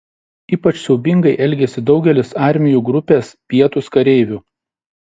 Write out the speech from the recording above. ypač siaubingai elgėsi daugelis armijų grupės pietūs kareivių